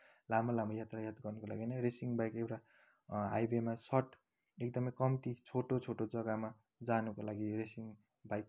लामो लामो यातायात गर्न लागि नि रेसिङ बाइक एउटा हाइवेमा सर्ट एकदमै कम्ती छोटो छोटो जग्गामा जानको लागि रेसिङ बाइक